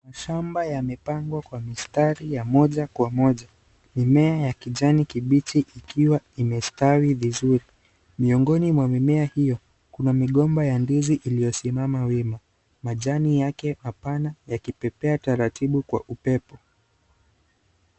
Shamba yamepangwa kwa mistari ya moja kwa moja mimea ya kijani kibichi ikiwa imestawi vizuri miongoni mwa mimea hiyo kuna migomba ya ndizi iliyosimama wima majani yake mapana yakipepea taratibu kwa upepo.